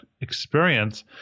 experience